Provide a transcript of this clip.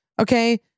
Okay